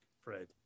Fred